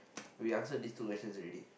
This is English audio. we answered these two questions already